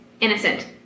innocent